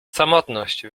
samotność